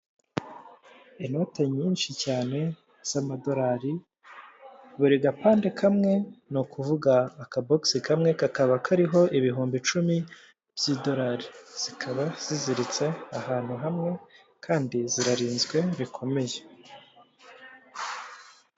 Inote nyinshi cyane z'amadolari, buri gapande kamwe, ni ukuvuga aka box kamwe, kakaba kariho ibihumbi icumi by'idolari. Zikaba ziziritse ahantu hamwe, kandi zirarinzwe bikomeye.